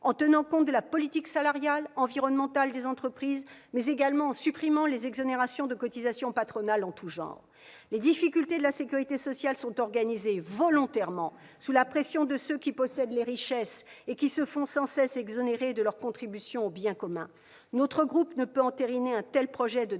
en tenant compte de la politique salariale, environnementale des entreprises, mais également en supprimant les exonérations de cotisations patronales en tout genre. Les difficultés de la sécurité sociale sont organisées volontairement sous la pression de ceux qui possèdent les richesses et qui se font sans cesse exonérer de leur contribution au bien commun. Notre groupe ne peut entériner un tel projet de démantèlement